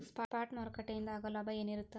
Spot ಮಾರುಕಟ್ಟೆಯಿಂದ ಆಗೋ ಲಾಭ ಏನಿರತ್ತ?